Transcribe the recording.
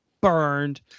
burned